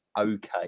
Okay